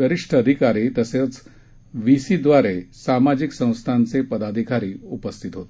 वरिष्ठ अधिकारी तसेच व्हीसीदवारे सामाजिक संस्थांचे पदाधिकारी उपस्थित होते